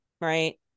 right